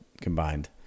combined